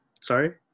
Sorry